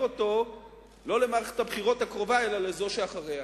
אותו לא למערכת הבחירות הקרובה אלא לזו שאחריה.